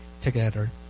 together